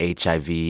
HIV